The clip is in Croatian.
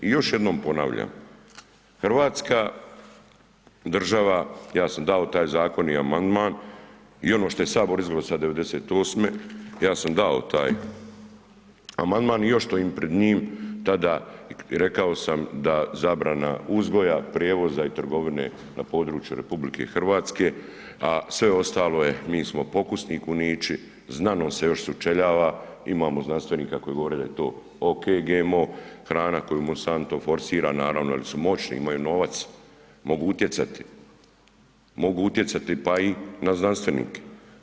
I još jednom ponavljam, Hrvatska država, ja sam dao taj zakon i amandman i ono što je Sabor izglasao '98. ja sam dao taj amandman i još stojim pred njim, tada rekao sam da zabrana uzgoja, prijevoza i trgovine na području RH a sve ostalo je, mi smo pokusni kunići, znanost se još sučeljava, imamo znanstvenika koji je govorio da je to OK GMO hrana koju Monsanto forsira, naravno jer su moćni, imaju novac mogu utjecati, mogu utjecati pa i na znanstvenike.